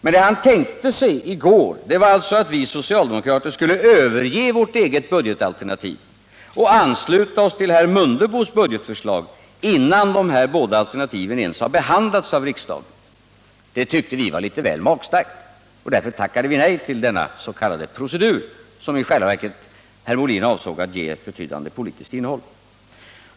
Men det han tänkte sig i går var alltså att vi socialdemokrater skulle överge vårt eget budgetalternativ och ansluta oss till herr Mundebos budgetförslag innan dessa båda alternativ ens har behandlats av riksdagen. Det tyckte vi var litet väl magstarkt, och därför tackade vi nej till dennas.k. procedur, som herr Molin i själva verket avsåg att ge ett betydande politiskt innehåll.